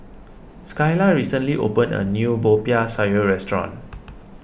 Skyla recently opened a new Popiah Sayur restaurant